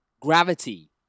Gravity